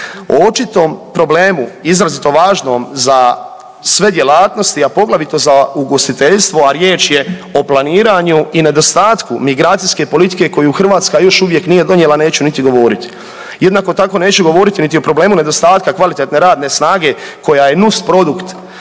O očitom problemu izrazito važnom za sve djelatnosti, a poglavito za ugostiteljstvo, a riječ je o planiranju i nedostatku migracijske politike koju Hrvatska još uvijek nije donijela, neću niti govoriti. Jednako tako neću govoriti niti o problemu nedostatka kvalitetne radne snage koja je nus produkt